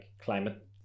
climate